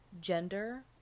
gender